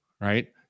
Right